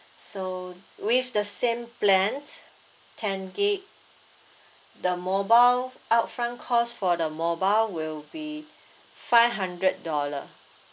so with the same plan ten gigabyte the mobile upfront cost for the mobile will be five hundred dollar